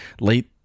late